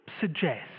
suggest